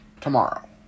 tomorrow